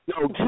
No